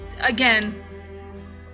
again